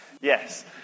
Yes